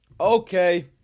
Okay